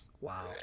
Wow